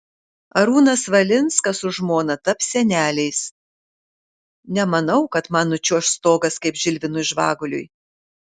arūnas valinskas su žmona taps seneliais nemanau kad man nučiuoš stogas kaip žilvinui žvaguliui